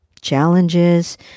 challenges